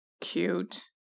Cute